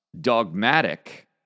dogmatic